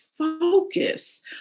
Focus